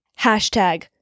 hashtag